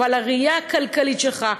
אבל הראייה הכלכלית שלך,